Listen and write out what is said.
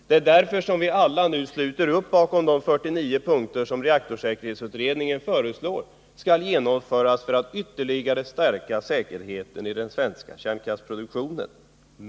Det är därför vi alla nu sluter upp bakom de 49 punkter som reaktorsäkerhetsutredningen föreslår skall genomföras för att ytterligare stärka säkerheten i de svenska kärnkraftverken.